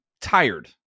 tired